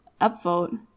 upvote